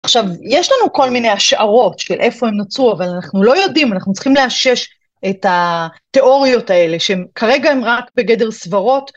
עכשיו, יש לנו כל מיני השערות של איפה הם נוצרו, אבל אנחנו לא יודעים, אנחנו צריכים לאשש את התיאוריות האלה, שהן כרגע הן רק בגדר סברות.